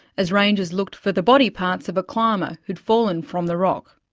as rangers looked for the body parts of a climber who'd fallen from the rock.